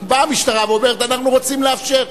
באה המשטרה ואומרת: אנחנו רוצים לאפשר.